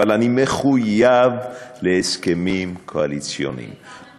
אבל אני מחויב להסכמים קואליציוניים.